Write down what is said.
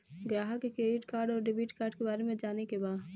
ग्राहक के credit card और डेविड कार्ड के बारे में जाने के बा?